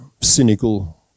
cynical